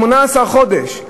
18 חודש,